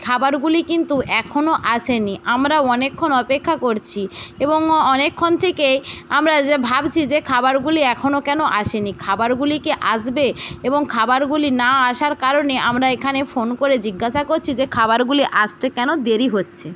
খাবারগুলি কিন্তু এখনও আসেনি আমরা অনেকক্ষণ অপেক্ষা করছি এবং অনেকক্ষণ থেকেই আমরা ভাবছি যে খাবারগুলি এখনও কেন আসেনি খাবারগুলি কি আসবে এবং খাবারগুলি না আসার কারণে আমরা এখানে ফোন করে জিজ্ঞাসা করছি যে খাবারগুলি আসতে কেন দেরি হচ্ছে